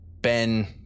Ben